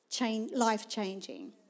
life-changing